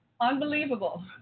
Unbelievable